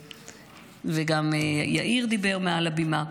גם יאיר דיבר מעל הבמה.